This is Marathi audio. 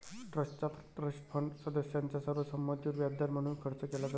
ट्रस्टचा ट्रस्ट फंड सदस्यांच्या सर्व संमतीवर व्याजदर म्हणून खर्च केला जातो